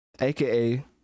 aka